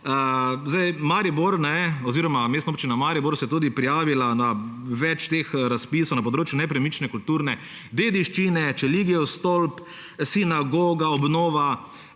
Mestna občina Maribor se je prijavila na več razpisov na področju nepremične kulturne dediščine – Čeligijev stolp, sinagoga, obnova